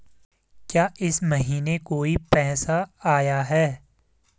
क्या इस महीने कोई पैसा आया है?